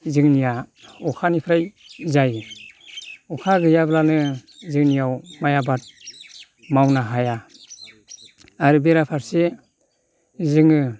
जोंनिया अखानिफ्राय जायो अखा गैयाब्लानो जोंनियाव माइ आबाद मावनो हाया आरो बेराफारसे जोङो